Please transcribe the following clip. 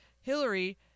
Hillary